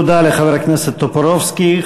תודה לחבר הכנסת טופורובסקי.